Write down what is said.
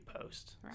post